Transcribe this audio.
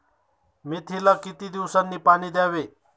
मेथीला किती दिवसांनी पाणी द्यावे?